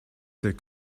der